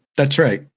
that's right.